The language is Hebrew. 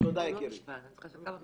זה נכון מה שאתה